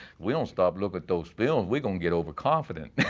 we don't stop looking at those films, we gonna get overconfident.